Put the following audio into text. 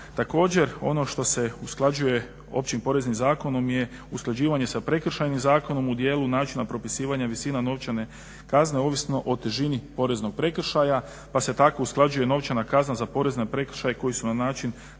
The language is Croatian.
Također, ono što se usklađuje Općim poreznim zakonom je usklađivanje sa prekršajnim zakonom u dijelu načina propisivanja visina novčane kazne ovisno o težini poreznog prekršaja. Pa se tako usklađuje novčana kazna za porezne prekršaje koji su na način da uvodi